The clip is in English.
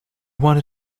wanted